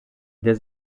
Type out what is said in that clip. der